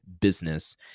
business